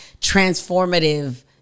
transformative